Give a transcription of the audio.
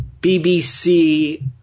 BBC